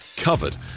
covered